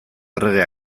errege